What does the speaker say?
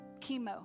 chemo